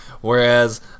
whereas